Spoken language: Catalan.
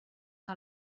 que